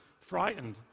frightened